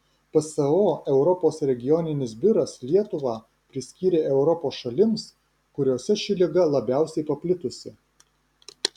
pso europos regioninis biuras lietuvą priskyrė europos šalims kuriose ši liga labiausiai paplitusi